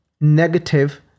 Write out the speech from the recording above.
negative